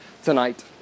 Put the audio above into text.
Tonight